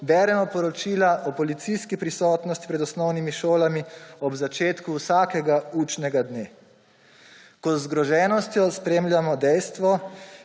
beremo poročila o policijski prisotnosti pred osnovnimi šolami ob začetku vsakega učnega dne. Ko z zgroženostjo spremljamo dejstvo,